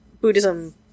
Buddhism